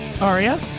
Aria